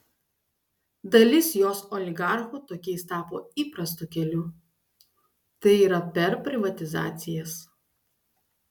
dalis jos oligarchų tokiais tapo įprastu keliu tai yra per privatizacijas